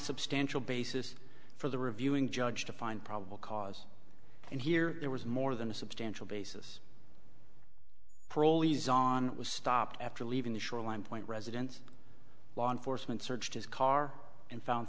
substantial basis for the reviewing judge to find probable cause and here there was more than a substantial basis parolees on was stopped after leaving the shoreline point residence law enforcement searched his car and found